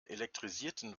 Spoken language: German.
elektrisierten